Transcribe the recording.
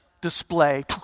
display